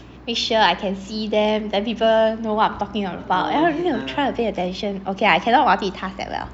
make sure I can see them then people know what I'm talking about then also need to try to pay attention okay I cannot multitask that well